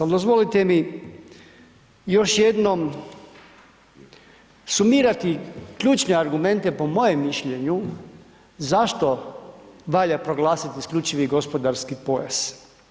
Ali dozvolite mi još jednom sumirati ključne argumente po mojem mišljenju zašto valja proglasiti isključivi gospodarski pojas.